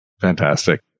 Fantastic